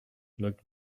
looked